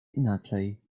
inaczej